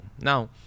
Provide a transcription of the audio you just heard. now